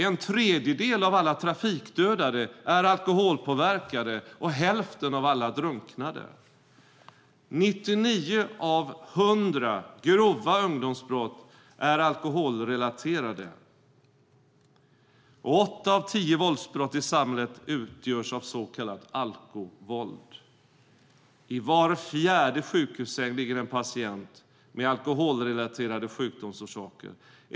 En tredjedel av alla trafikdödade är alkoholpåverkade, och hälften av alla drunknade. 99 av 100 grova ungdomsbrott är alkoholrelaterade. Åtta av tio våldsbrott i samhället utgörs av så kallat alkovåld. I var fjärde sjukhussäng ligger en patient med alkoholrelaterade sjukdomar.